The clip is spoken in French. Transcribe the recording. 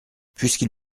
puisqu’il